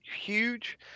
huge